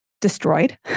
destroyed